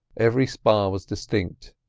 every spar was distinct,